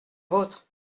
vôtre